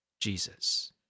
Jesus